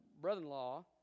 brother-in-law